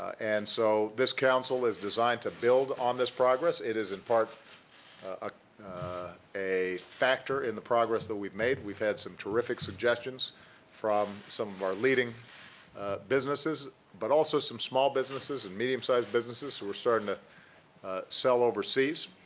and so, this council is designed to build on this progress. it is in part ah a factor in the progress that we've made. we've had some terrific suggestions from some of our leading businesses, but also some small businesses and medium-sized businesses who are starting to sell overseas.